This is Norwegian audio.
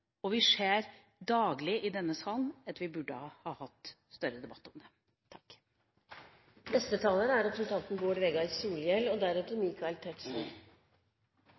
og vi ser daglig i denne salen at vi burde ha hatt større debatt om det.